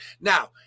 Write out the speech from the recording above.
Now